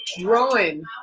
growing